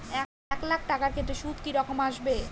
এক লাখ টাকার ক্ষেত্রে সুদ কি রকম আসবে?